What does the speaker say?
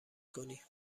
کنی